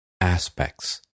aspects